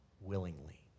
willingly